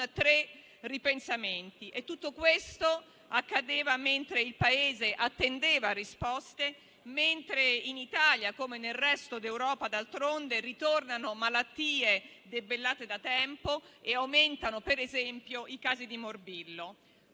tre ripensamenti. Tutto questo accadeva mentre il Paese attendeva risposte e mentre in Italia, come nel resto d'Europa d'altronde, tornano malattie debellate da tempo e aumentano per esempio i casi di morbillo.